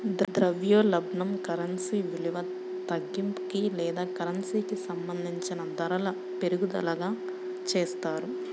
ద్రవ్యోల్బణం కరెన్సీ విలువ తగ్గింపుకి లేదా కరెన్సీకి సంబంధించిన ధరల పెరుగుదలగా చెప్తారు